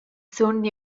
sun